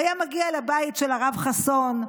הוא היה מגיע לבית של הרב חסון,